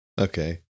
Okay